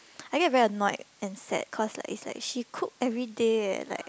I get very annoyed and sad cause like is like she cook everyday leh like